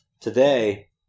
today